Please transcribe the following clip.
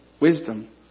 wisdom